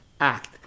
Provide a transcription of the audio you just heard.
act